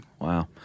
Wow